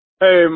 Hey